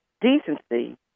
decency